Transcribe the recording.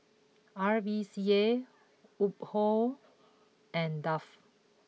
R V C A Woh Hup and Dove